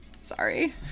Sorry